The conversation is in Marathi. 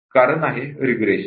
कारण आहे रिग्रेशन